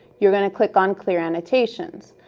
you're going to click on clear annotations.